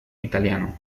italiano